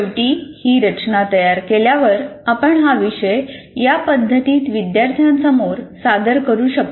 शेवटी ही रचना तयार केल्यावर आपण हा विषय या पद्धतीत विद्यार्थ्यांसमोर सादर करू शकता